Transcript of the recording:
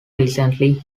recently